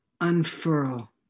unfurl